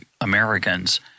Americans